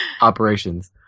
operations